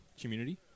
community